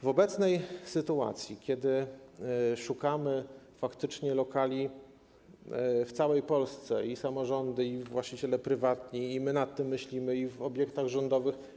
W obecnej sytuacji, kiedy faktycznie szukamy lokali w całej Polsce - i samorządy, i właściciele prywatni, i my nad tym myślimy - i w obiektach rządowych.